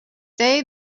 day